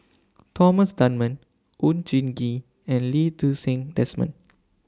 Thomas Dunman Oon Jin Gee and Lee Ti Seng Desmond